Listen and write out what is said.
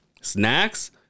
snacks